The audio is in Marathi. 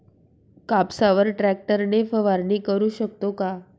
कापसावर ट्रॅक्टर ने फवारणी करु शकतो का?